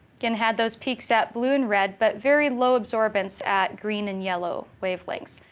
again, had those peaks at blue and red, but very low absorbance at green and yellow wavelengths.